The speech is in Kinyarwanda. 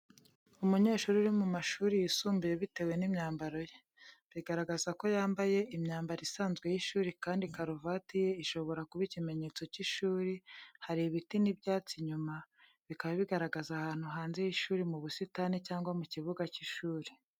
Umunyeshuri uri mu mashuri yisumbuye bitewe n’imyambaro ye. Bigaragaza ko yambaye imyambaro isanzwe y’ishuri kandi karuvate ye ishobora kuba ikimenyetso cy’ishuri, hari ibiti n’ibyatsi inyuma, bikaba bigaragaza ahantu hanze y’ishuri mu busitani cyangwa mu kibuga cy’ishuri.